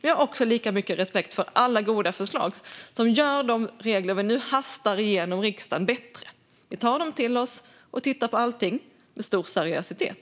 Jag har också stor respekt för alla goda förslag som gör de regler vi nu hastar genom riksdagen bättre. Vi tar dem till oss och tittar på allting med stor seriositet.